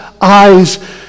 eyes